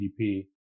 GDP